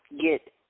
get